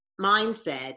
mindset